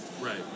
Right